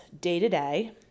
day-to-day